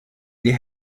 die